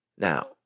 Now